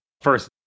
first